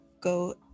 go